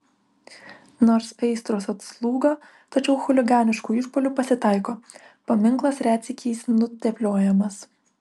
nors aistros atslūgo tačiau chuliganiškų išpuolių pasitaiko paminklas retsykiais nutepliojamas